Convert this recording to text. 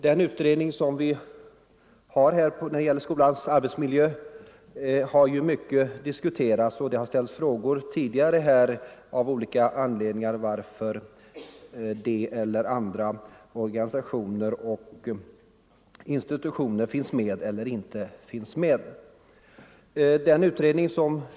Den utredning som vi har om skolans arbetsmiljö har mycket diskuterats, och det har tidigare ställts frågor här om anledningen till att den eller de organisationerna och institutionerna finns med eller inte finns med bland remissinstanserna.